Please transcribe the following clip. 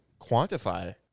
quantify